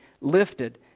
lifted